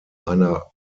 einer